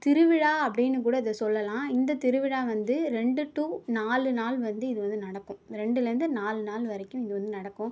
திருவிழா அப்படின்னு கூட இதை சொல்லலாம் இந்த திருவிழா வந்து ரெண்டு டூ நாலு நாள் வந்து இது வந்து நடக்கும் இந்த ரெண்டில் இருந்து நாலு நாள் வரைக்கும் இது வந்து நடக்கும்